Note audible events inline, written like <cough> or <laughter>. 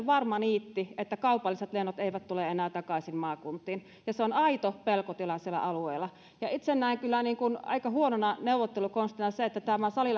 <unintelligible> varma niitti että kaupalliset lennot eivät tule enää takaisin maakuntiin ja se on aito pelkotila siellä alueilla ja itse näen kyllä aika huonona neuvottelukonstina sen että tämä sali <unintelligible>